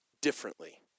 differently